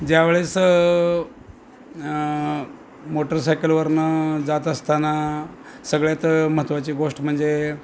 ज्यावेळेस मोटरसायकलवरुन जात असताना सगळ्यात महत्त्वाची गोष्ट म्हंजे